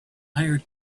hires